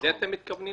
לזה אתם מתכוונים?